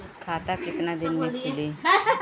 खाता कितना दिन में खुलि?